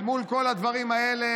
אל מול כל הדברים האלה,